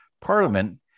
Parliament